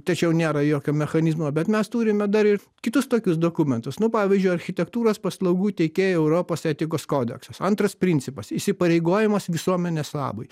tačiau nėra jokio mechanizmo bet mes turime dar ir kitus tokius dokumentus nu pavyzdžiui architektūros paslaugų teikėjai europos etikos kodeksas antras principas įsipareigojimas visuomenės labui